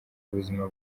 ubuzima